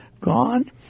gone